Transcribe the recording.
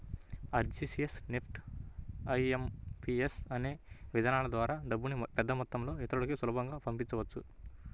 RTGS, NEFT, IMPS అనే విధానాల ద్వారా డబ్బుని పెద్దమొత్తంలో ఇతరులకి సులభంగా పంపించవచ్చు